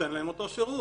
ניתן להם אותו שירות.